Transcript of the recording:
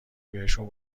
بهشون